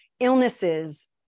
Illnesses